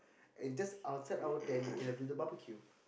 and just outside our tent we can have the barbecue